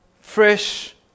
fresh